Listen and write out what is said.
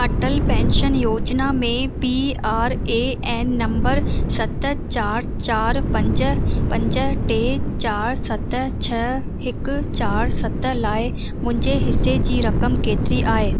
Atal pension योजना में P R A N number सत चारि चारि पंज पंज टे चारि सत छह हिकु चारि सत लाइ मुंहिंजे हिस्से जी रक़म केतिरी आहे